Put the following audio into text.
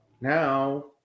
Now